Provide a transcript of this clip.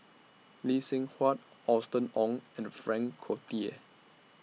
Lee Seng Huat Austen Ong and Frank Cloutier